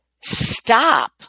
stop